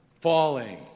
falling